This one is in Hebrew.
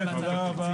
תודה רבה.